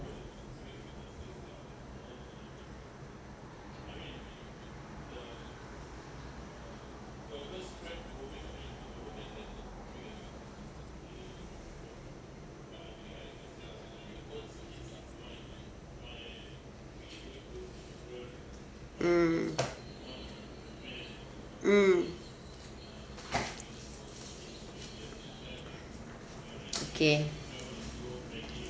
mm mm okay